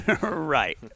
Right